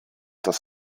das